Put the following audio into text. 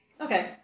Okay